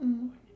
mm